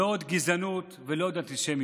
לא עוד גזענות ולא עוד אנטישמיות".